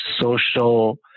social